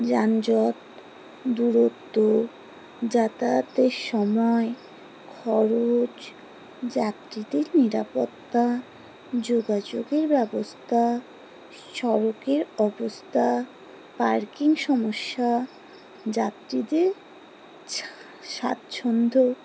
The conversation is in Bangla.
যানজট দূরত্ব যাতায়াতের সময় খরচ যাত্রীদের নিরাপত্তা যোগাযোগের ব্যবস্থা সড়কের অবস্থা পার্কিং সমস্যা যাত্রীদের স্বাচ্ছন্দ্য